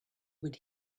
would